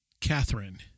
Catherine